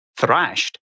thrashed